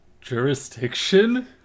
jurisdiction